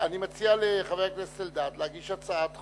אני מציע לחבר הכנסת אלדד להגיש הצעת חוק,